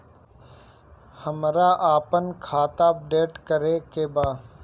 हमरा आपन खाता अपडेट करे के बा